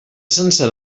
sense